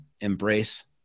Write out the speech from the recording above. Embrace